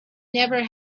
never